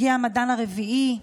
הגיע המדען הרביעי,